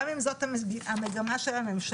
גם אם זו המגמה של הממשלה,